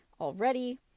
already